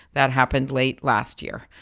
that happened late last year.